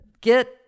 get